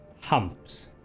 humps